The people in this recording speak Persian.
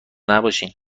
نباشین